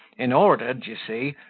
in order, d'ye see,